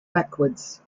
backwards